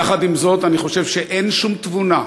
יחד עם זאת אני חושב שאין שום תבונה,